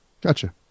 Gotcha